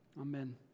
Amen